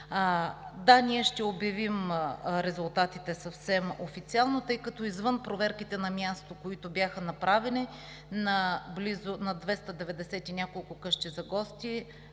Да, ние ще обявим резултатите съвсем официално, тъй като извън проверките на място, които бяха направени на двеста деветдесет и няколко къщи за гости,